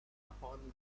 upon